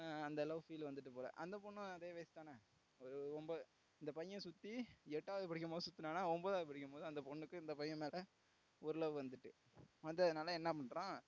அந்த love feel வந்துவிட்டு போல் அந்த பொண்ணும் அதே வயசுதானே ஒரு ஒம்பது அந்த பையன் சுற்றி எட்டாவது படிக்கும்போது சுற்றுனானா ஒன்போதாவது படிக்கும்போது அந்த பொண்ணுக்கு இந்த பையன் மேலே ஒரு லவ் வந்துட்டு வந்ததுனால் என்ன பண்ணுறான்